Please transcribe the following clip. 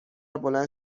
بلند